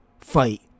fight